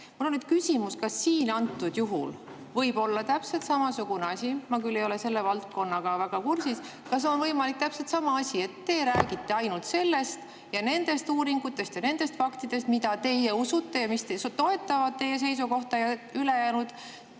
Mul on küsimus, et kas kõnealusel juhul võib olla täpselt samasugune asi. Ma küll ei ole selle valdkonnaga väga kursis. Kas on võimalik täpselt sama asi, et te räägite ainult nendest uuringutest ja faktidest, mida teie usute ja mis toetavad teie seisukohta, ja ülejäänud,